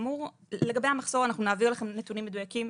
לגבי המחסור: אנחנו נעביר לכם נתונים מדויקים,